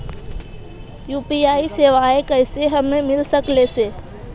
UPI सेवाएं कैसे हमें मिल सकले से?